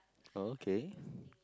oh okay